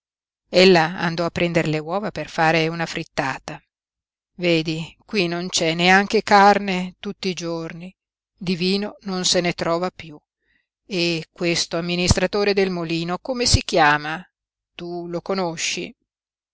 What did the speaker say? andò a prender le uova per fare una frittata vedi qui non c'è neanche carne tutti i giorni di vino non se ne trova piú e questo amministratore del molino come si chiama tu lo conosci